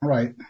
Right